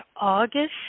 August